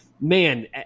man